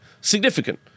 Significant